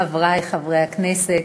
חברי חברי הכנסת,